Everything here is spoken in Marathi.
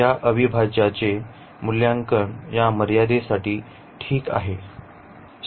या अविभाज्याचे मूल्यांकन या मर्यादेसाठी ठीक आहे